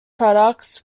products